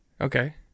Okay